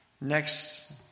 Next